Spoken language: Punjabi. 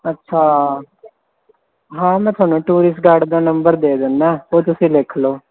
ਅੱਛਾ ਹਾਂ ਮੈਂ ਤੁਹਾਨੂੰ ਟੂਰਿਸਟ ਗਾਰਡ ਦਾ ਨੰਬਰ ਦੇ ਦਿੰਦਾ ਉਹ ਤੁਸੀਂ ਲਿਖ ਲਓ